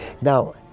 Now